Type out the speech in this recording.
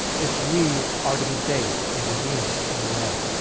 if we are to be saved and redeemed in the end